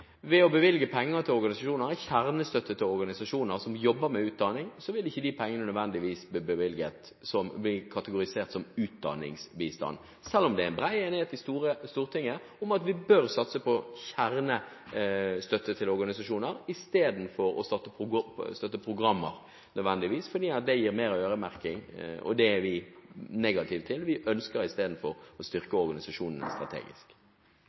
Ved å bevilge penger til organisasjoner – gi kjernestøtte til organisasjoner som jobber med utdanning – vil ikke de pengene nødvendigvis bli kategorisert som utdanningsbistand. Det er bred enighet i Stortinget om at vi bør satse på kjernestøtte til organisasjoner istedenfor nødvendigvis å støtte programmer. Det gir mer øremerking, og det er vi negative til. Vi ønsker i stedet å